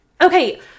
Okay